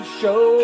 show